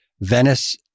Venice